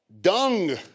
dung